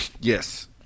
Yes